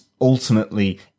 ultimately